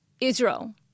Israel